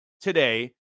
today